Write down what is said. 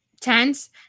tense